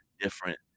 different